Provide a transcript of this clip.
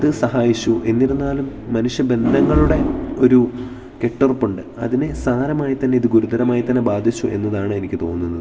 അത് സഹായിച്ചു എന്നിരുന്നാലും മനുഷ്യ ബന്ധങ്ങളുടെ ഒരു കെട്ടുറപ്പുണ്ട് അതിനെ സാരമായി തന്നെ ഇത് ഗുരുതരമായി തന്നെ ബാധിച്ചു എന്നതാണ് എനിക്ക് തോന്നുന്നത്